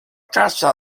casa